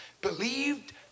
believed